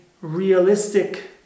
realistic